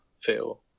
feel